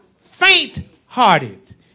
faint-hearted